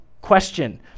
question